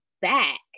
back